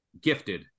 gifted